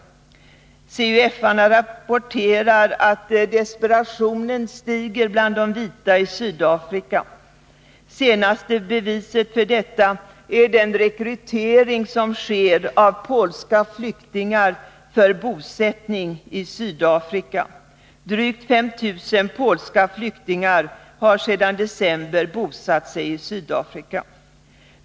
CUF:arna rapporterar att desperationen stiger bland de vita i Sydafrika. Senaste beviset för detta är rekryteringen av polska flyktingar för bosättning i Sydafrika. Drygt 5 000 polska flyktingar har sedan december bosatt sig där.